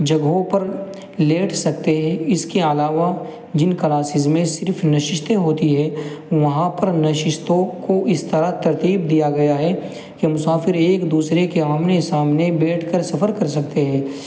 جگہوں پر لیٹ سکتے ہیں اس کے علاوہ جن کلاسز میں صرف نشستیں ہوتی ہیں وہاں پر نشستوں کو اس طرح ترتیب دیا گیا ہے کہ مسافر ایک دوسرے کے آمنے سامنے بیٹھ کر سفر کر سکتے ہیں